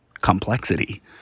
complexity